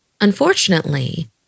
Unfortunately